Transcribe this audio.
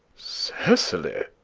cecily!